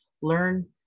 Learn